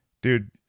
dude